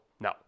no